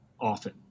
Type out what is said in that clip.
often